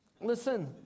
Listen